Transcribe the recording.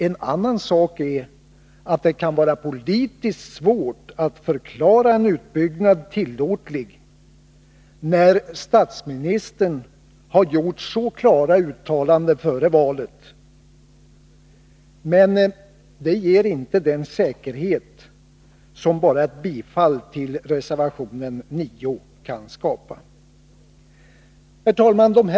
En annan sak är att det kan vara politiskt svårt att förklara en utbyggnad tillåtlig i ett läge där statsministern har gjort så klara uttalanden som han gjort före valet, men det ger inte en sådan säkerhet som kan skapas endast genom ett bifall till reservationen 9. Herr talman!